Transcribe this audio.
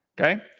okay